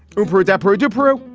rupert adepero debrah.